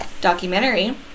documentary